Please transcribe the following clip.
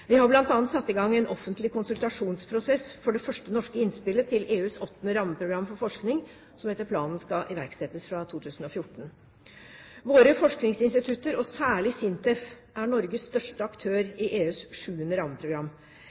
Vi har bl.a. satt i gang en offentlig konsultasjonsprosess for det første norske innspillet til EUs 8. rammeprogram for forskning, som etter planen skal iverksettes fra 2014. Våre forskningsinstitutter, og særlig SINTEF, er Norges største aktør i EUs 7. rammeprogram.